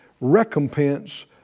recompense